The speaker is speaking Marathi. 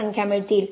53 संख्या मिळतील